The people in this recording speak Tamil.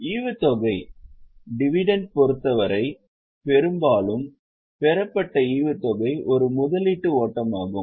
ஈவுத்தொகையைப் பொருத்தவரை பெரும்பாலும் பெறப்பட்ட ஈவுத்தொகை ஒரு முதலீட்டு ஓட்டமாகும்